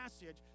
message